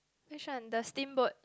which one the steamboat